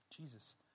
Jesus